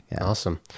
Awesome